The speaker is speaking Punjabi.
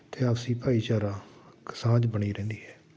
ਅਤੇ ਆਪਸੀ ਭਾਈਚਾਰਕ ਸਾਂਝ ਬਣੀ ਰਹਿੰਦੀ ਹੈ